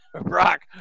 Brock